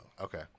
Okay